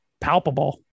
palpable